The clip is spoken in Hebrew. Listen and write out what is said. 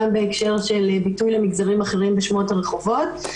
גם בהקשר של ביטוי למגזרים אחרים בשמות הרחובות,